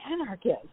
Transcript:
anarchist